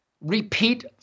repeat